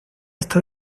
está